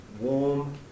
warm